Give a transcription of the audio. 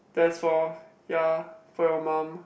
that's for ya for your mum